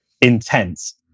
intense